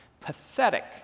pathetic